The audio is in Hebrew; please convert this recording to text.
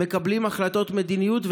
מקבלים החלטות מדיניות,